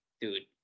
dude